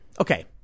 okay